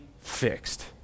fixed